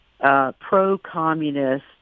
pro-communist